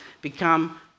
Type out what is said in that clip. become